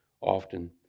often